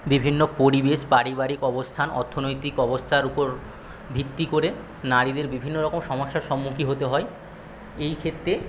বিভিন্ন পরিবেশ পারিবারিক অবস্থান অর্থনৈতিক অবস্থার ওপর ভিত্তি করে নারীদের বিভিন্নরকম সমস্যার সম্মুখীন হতে হয় এইক্ষেত্রে